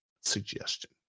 suggestion